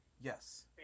Yes